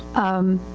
um,